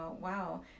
wow